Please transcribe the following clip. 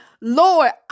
Lord